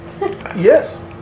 Yes